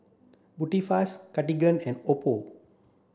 Tubifast Cartigain and Oppo